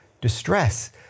distress